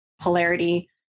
polarity